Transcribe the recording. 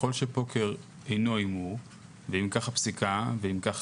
ככל שפוקר אינו הימור ואם כך הפסיקה ואם כך